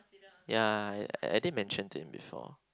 ya I did mentioned to him before